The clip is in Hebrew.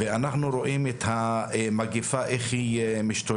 ואנחנו רואים איך המגפה משתוללת,